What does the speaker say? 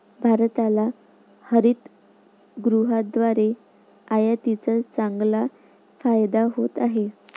भारताला हरितगृहाद्वारे आयातीचा चांगला फायदा होत आहे